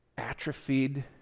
atrophied